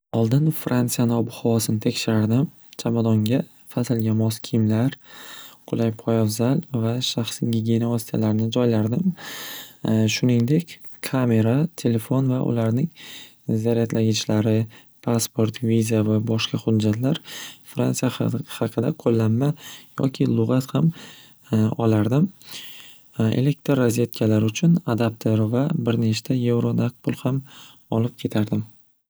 Oldin fransiyani ob-havosini tekshirardim chamadonga faslga mos kiyimlar qulay poyabzal va shaxsiy gigiyena vositalarini joylardim shuningdek kamera, telefon va ularning zaryadlagichlari pasport viza va boshqa hujjatlar fransiya ha-haqida qo'llanma yoki lug'at ham olardim elektr razvetkalari uchun adapter va birnechta yevro naqd pul ham olib ketardim.